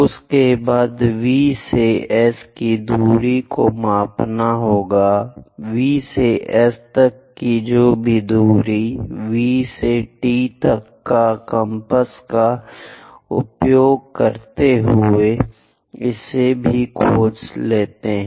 उसके बाद V से S की दूरी को मापना होगा V से S तक जो भी दूरी है V से T तक कम्पास का उपयोग करते हुए इसे भी खोज लेते हैं